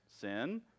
sin